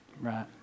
right